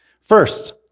First